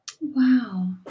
Wow